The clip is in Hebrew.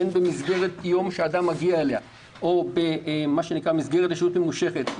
בין אם במסגרת יום שאדם מגיע אליה או במסגרת לשהות ממושכת,